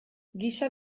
gisa